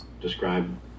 describe